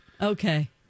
Okay